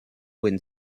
wind